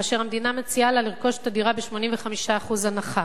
כאשר המדינה מציעה לה לרכוש את הדירה ב-85% הנחה.